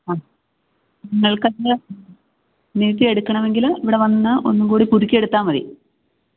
ആ നിങ്ങള്ക്കത് നീട്ടി എടുക്കണമെങ്കില് ഇവിടെ വന്ന് ഒന്നുകൂടി പുതുക്കിയെടുത്താല് മതി